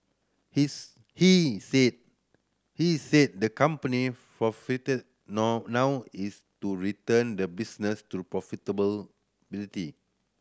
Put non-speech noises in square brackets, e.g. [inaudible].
his he said he is said the company [unintelligible] now now is to return the business to [unintelligible]